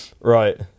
Right